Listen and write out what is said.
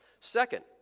Second